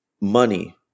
money